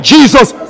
Jesus